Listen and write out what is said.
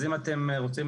אז אם אתם רוצים